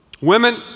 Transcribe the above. Women